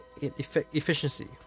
efficiency